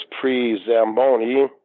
pre-Zamboni